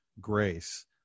grace